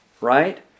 right